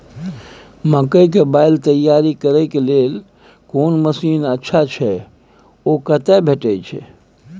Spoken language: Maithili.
मकई के बाईल तैयारी करे के लेल कोन मसीन अच्छा छै ओ कतय भेटय छै